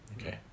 Okay